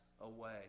away